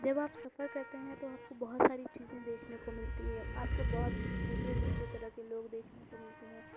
جب آپ سفر کرتے ہیں تو آپ کو بہت ساری چیزیں دیکھنے کو ملتی ہے آپ کو بہت دوسرے دوسرے طرح کے لوگ دیکھنے کو ملتے ہیں